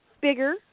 bigger